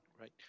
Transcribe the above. Right